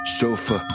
sofa